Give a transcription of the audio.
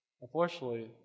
unfortunately